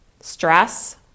Stress